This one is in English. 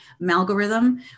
malgorithm